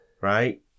right